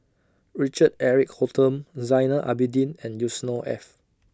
Richard Eric Holttum Zainal Abidin and Yusnor Ef